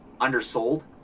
undersold